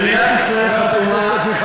רשות ההגירה אומרת בפירוש,